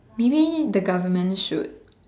maybe the government should